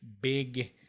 big